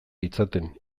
ditzaten